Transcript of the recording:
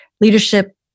leadership